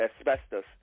asbestos